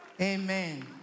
Amen